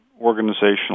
organizational